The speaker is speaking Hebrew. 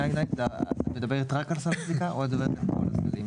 את מדברת רק על סל סליקה או שאת מדברת על כל הסלים?